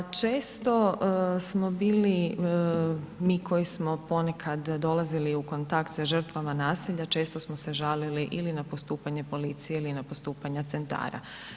Često smo bili mi koji smo ponekad dolazili u kontakt sa žrtvama nasilja često smo se žalili ili na postupanje policije, ili na postupanja centara.